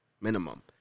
minimum